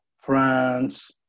France